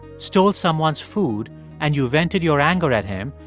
stole someone's food and you vented your anger at him,